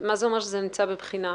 זה אומר שזה נמצא בבחינה?